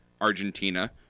Argentina